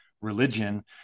religion